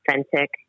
authentic